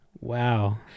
Wow